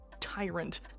tyrant